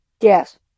yes